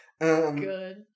Good